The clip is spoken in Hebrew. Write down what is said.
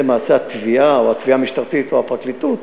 והתביעה או התביעה המשטרתית או הפרקליטות